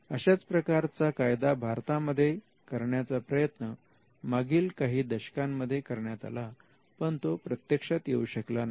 अशा प्रकारचा कायदा भारतामध्ये करण्याचा प्रयत्न मागील काही दशकांमध्ये करण्यात आला पण तो प्रत्यक्षात येऊ शकला नाही